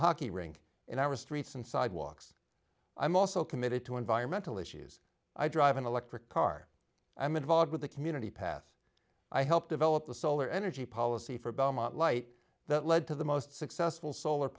hockey rink in our streets and sidewalks i'm also committed to environmental issues i drive an electric car i'm involved with the community path i helped develop the solar energy policy for belmont light that led to the most successful solar